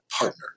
partner